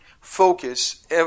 focus